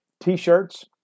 T-shirts